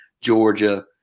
Georgia